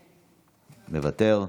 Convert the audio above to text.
מוותר?